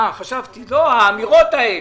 האמירות האלה.